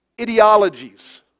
ideologies